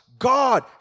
God